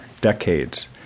decades